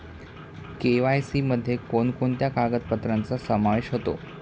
KYC मध्ये कोणकोणत्या कागदपत्रांचा समावेश होतो?